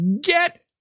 Get